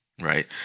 Right